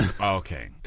Okay